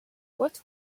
what